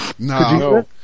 No